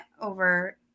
over